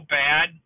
bad